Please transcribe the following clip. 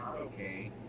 okay